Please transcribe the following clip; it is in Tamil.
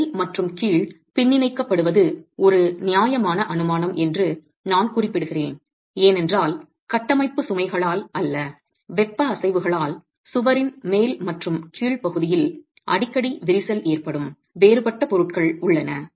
மேல் மற்றும் கீழ் பின்னிணைக்கப்படுவது ஒரு நியாயமான அனுமானம் என்று நான் குறிப்பிடுகிறேன் ஏனென்றால் கட்டமைப்பு சுமைகளால் அல்ல வெப்ப அசைவுகளால் சுவரின் மேல் மற்றும் கீழ் பகுதியில் அடிக்கடி விரிசல் ஏற்படும் வேறுபட்ட பொருட்கள் உள்ளன